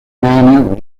rehenes